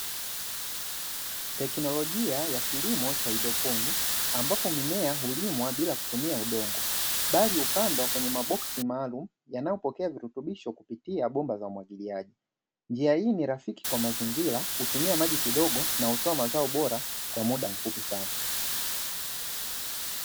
Teknolojia ya kilimo cha haidroponi, ambapo mimea hulimwa bila kutumia udongo bali hupandwa kwenye maboksi maalumu, yanayopokea virutubisho kupitia bomba za umwagiliaji. Njia hii ni rafiki kwa mazingira, hutumia maji kidogo na hutoa mazao bora kwa muda mfupi sana.